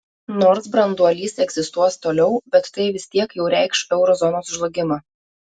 nors branduolys egzistuos toliau bet tai vis tiek jau reikš euro zonos žlugimą